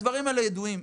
הדברים האלה ידועים,